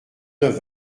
neuf